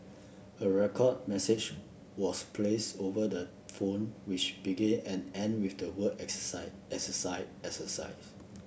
a record message was plays over the phone which began and end with the word exercise exercise exercise